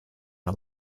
our